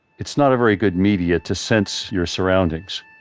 it's not a very good media to sense your surroundings.